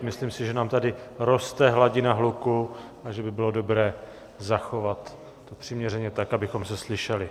Myslím si, že nám tady roste hladina hluku a že by bylo dobré zachovat to přiměřeně tak, abychom se slyšeli.